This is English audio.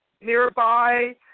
nearby